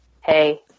hey